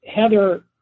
Heather